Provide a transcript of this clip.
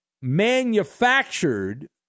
manufactured